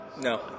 No